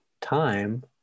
time